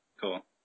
Cool